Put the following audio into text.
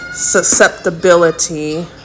susceptibility